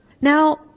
Now